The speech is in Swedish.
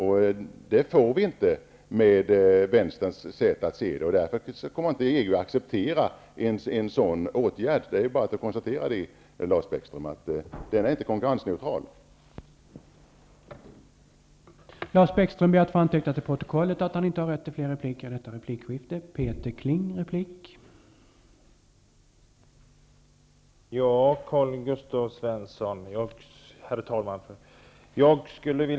Det får vi inte med vänsterns sätt att se det. EG kommer inte att acceptera en sådan åtgärd. Det är bara att konstatera att den inte är konkurrensneutral, Lars